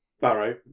Barrow